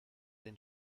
den